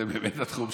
רוצים עליזה עכשיו.